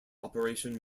operation